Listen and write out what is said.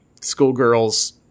schoolgirls